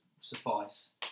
suffice